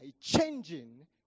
changing